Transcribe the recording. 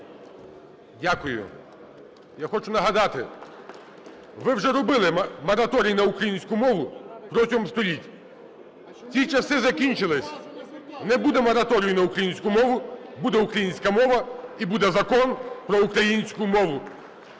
Дякую. Я хочу нагадати, ви вже робили мораторій на українську мову протягом століть. Ті часи закінчилися. Не буде мораторію на українську мову – буде українська мова і буде Закон про українську мову.